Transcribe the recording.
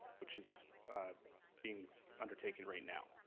which is being undertaken right now.